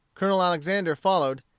colonel alexander followed,